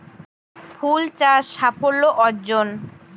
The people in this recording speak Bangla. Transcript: ফুল চাষ সাফল্য অর্জন?